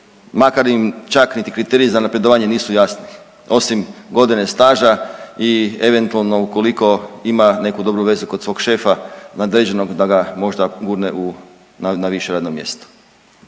makar im čak niti kriteriji za napredovanje nisu jasnu osim godine staža i eventualno ukoliko ima neku dobru vezu kod svog šefa nadređenog da ga možda gurne u, na više radno mjesto.